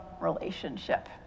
relationship